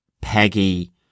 Peggy